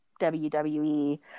WWE